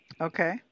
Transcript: Okay